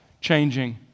changing